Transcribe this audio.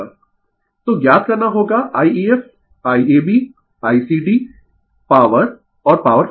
Refer slide Time 1016 तो ज्ञात करना होगा I efIabICd पॉवर और पॉवर फैक्टर